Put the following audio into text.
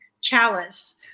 chalice